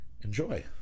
enjoy